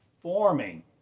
forming